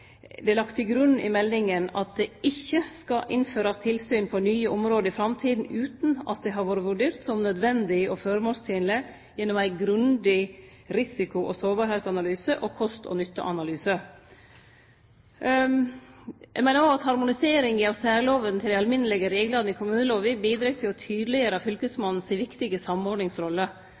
Det er lagt til grunn i meldinga at det ikkje skal innførast tilsyn på nye område i framtida utan at det har vore vurdert som naudsynt og føremålstenleg gjennom ei grundig risiko- og sårbarheitsanalyse og kost- og nytteanalyse. Eg meiner òg at harmoniseringa av særlova til dei alminnelege reglane i kommunelova bidreg til å tydeleggjere fylkesmannen si viktige